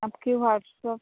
आपके व्हाट्सअप